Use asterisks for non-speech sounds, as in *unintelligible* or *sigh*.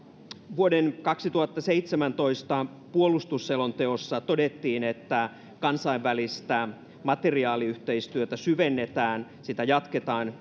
vuoden kaksituhattaseitsemäntoista puolustusselonteossa todettiin että kansainvälistä materiaaliyhteistyötä syvennetään sitä jatketaan *unintelligible*